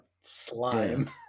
slime